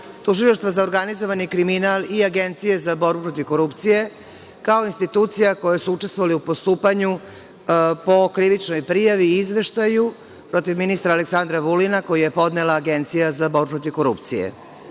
Tužilaštvo za organizovani kriminal i Agencije za borbu protiv korupcije, kao institucije koje su učestvovale u postupanju po krivičnoj prijavi i izveštaju protiv ministra Aleksandra Vulina, koji je podnela Agencija za borbu protiv korupcije. Naime,